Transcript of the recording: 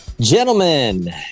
Gentlemen